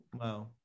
wow